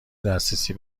دسترسی